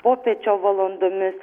popiečio valandomis